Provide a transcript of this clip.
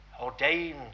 ordained